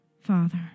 Father